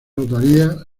autoría